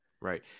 Right